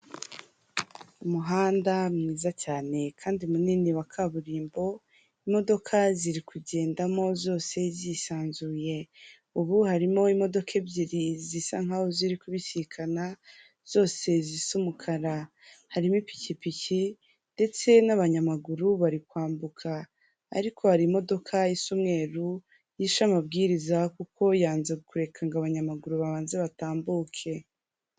Umuhanda mwiza cyane kandi munini wa kaburimbo, imodoka ziri kugendamo zose zisanzuye ubu harimo imodoka ebyiri zisa nkaho ziri kubisikana zose zisa umukara harimo ipikipiki ndetse n'abanyamaguru bari kwambuka ariko hari imodoka isa umweru yishe amabwiriza kuko yanze kureka ngo abanyamaguru babanze batambuke.